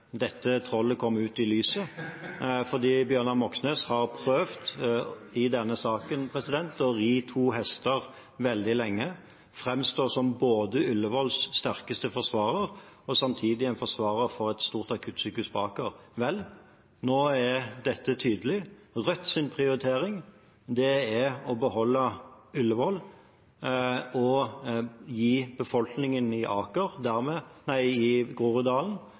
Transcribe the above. dette trollet endelig kommer ut i lyset, for Bjørnar Moxnes har i denne saken prøvd å ri to hester veldig lenge – å framstå som både Ullevåls sterkeste forsvarer og samtidig en forsvarer av et stort akuttsykehus på Aker. Vel, nå er dette tydelig. Rødts prioritering er å beholde Ullevål og dermed gi befolkningen i